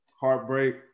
Heartbreak